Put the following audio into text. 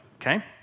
okay